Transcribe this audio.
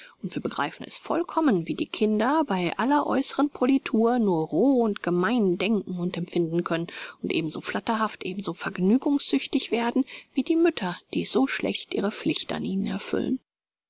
und wir begreifen es vollkommen wie die kinder bei aller äußeren politur nur roh und gemein denken und empfinden können und ebenso flatterhaft ebenso vergnügungssüchtig werden wie die mütter die so schlecht ihre pflicht an ihnen erfüllen